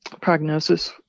prognosis